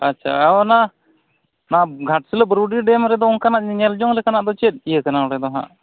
ᱟᱪᱪᱷᱟ ᱟᱨ ᱚᱱᱟ ᱜᱷᱟᱴᱥᱤᱞᱟᱹ ᱵᱩᱨᱩᱰᱤ ᱰᱮᱢ ᱨᱮᱫᱚ ᱚᱱᱠᱟᱱᱟᱜ ᱧᱮᱞᱡᱚᱝ ᱞᱮᱠᱟᱱᱟᱜ ᱫᱚ ᱪᱮᱫ ᱤᱭᱟᱹ ᱠᱟᱱᱟ ᱚᱸᱰᱮ ᱫᱚᱦᱟᱸᱜ